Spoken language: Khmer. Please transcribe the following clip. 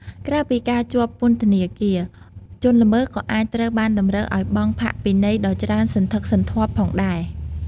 ក្រៅពីការជាប់ពន្ធនាគារ ជនល្មើសក៏អាចត្រូវបានតម្រូវឲ្យបង់ ផាកពិន័យ ដ៏ច្រើនសន្ធឹកសន្ធាប់ផងដែរ។